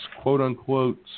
quote-unquote